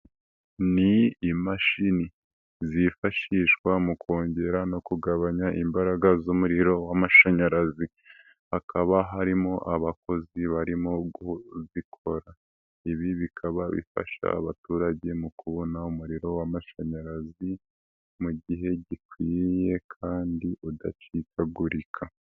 Ni imashini zifashishwa mu kongera no kugabanya imbaraga z'umuriro w'amashanyarazi, hakaba harimo abakozi barimozikora. Ibi bikaba bifasha abaturage mu kubona umuriro w'amashanyarazi mu gihe gikwiriye kandi udacikagurika.